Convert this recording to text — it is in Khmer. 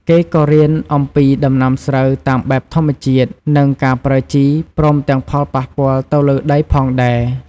គេក៏រៀនអំពីដំណាំស្រូវតាមបែបធម្មជាតិ និងការប្រើជី ព្រមទាំងផលប៉ះពាល់ទៅលើដីផងដែរ។